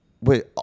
Wait